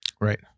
right